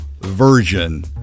version